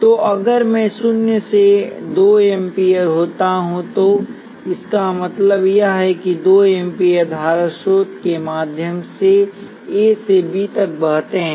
तो अगर मैं शून्य से 2 एम्पीयर होता हूं तो इसका मतलब यह है कि 2 एम्पीयर धारा स्रोत के माध्यम से ए से बी तक बहते हैं